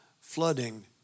flooding